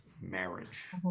marriage